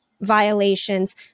violations